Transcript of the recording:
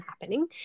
happening